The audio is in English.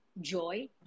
joy